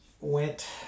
went